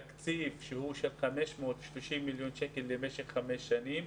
תקציב בסך 530 מיליון שקלים למשך חמש שנים.